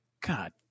God